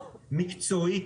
מקצועית,